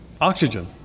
Oxygen